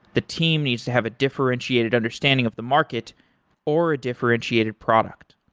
the team needs to have a differentiated understanding of the market or a differentiated product.